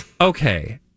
Okay